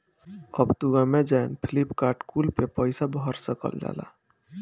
अब तू Amazon, Flipkart कुल पे पईसा भर सकल जाला